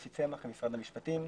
אפי צמח, משרד המשפטים.